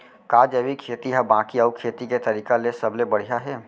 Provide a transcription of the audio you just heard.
का जैविक खेती हा बाकी अऊ खेती के तरीका ले सबले बढ़िया हे?